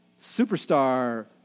superstar